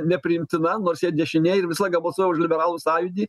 nepriimtina nors jie dešinėj ir visą laiką balsuoja už liberalų sąjūdį